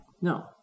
No